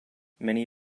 many